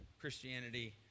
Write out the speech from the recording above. Christianity